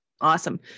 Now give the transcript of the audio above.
awesome